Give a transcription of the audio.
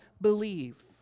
believe